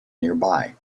nearby